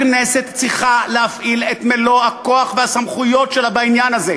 הכנסת צריכה להפעיל את מלוא הכוח והסמכויות שלה בעניין הזה.